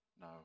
No